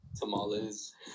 tamales